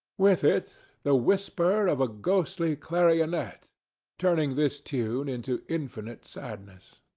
with it, the whisper of a ghostly clarionet turning this tune into infinite sadness